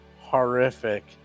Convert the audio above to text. horrific